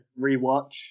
rewatch